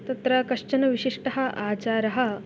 तत्र कश्चन विशिष्टः आचारः